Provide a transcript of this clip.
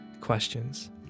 questions